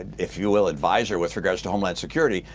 if you will, adviser with regards to homeland security,